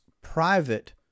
private